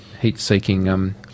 heat-seeking